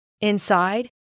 Inside